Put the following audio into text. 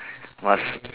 must